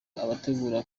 abategura